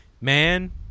Man